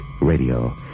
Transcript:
radio